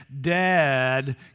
dad